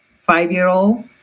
five-year-old